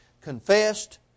confessed